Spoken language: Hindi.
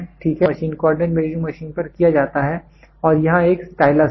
यह एक CMM machine coordinate measuring machine पर किया जाता है और यहां एक स्टाइलस है